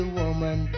woman